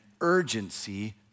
urgency